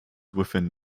within